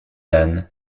d’anne